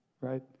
Right